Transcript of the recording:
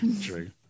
True